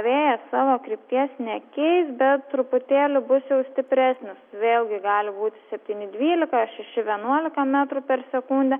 vėjas savo krypties nekeis bet truputėlį bus jau stipresnis vėlgi gali būti septyni dvylika ar šeši vienuolika metrų per sekundę